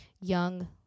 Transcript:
young